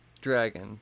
dragon